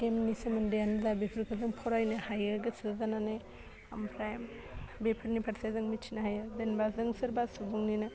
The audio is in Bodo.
गेमनि सोमोन्दैयानो जा बेफोरखो जों फरायनो हायो गोसो जानानै आमफ्राय बेफोरनि फारसे जों मिथिनो हायो जेनेबा जों सोरबा सुबुंनिनो